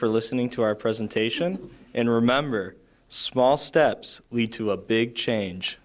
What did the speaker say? for listening to our presentation and remember small steps lead to a big change